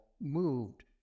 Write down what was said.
moved